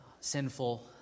sinful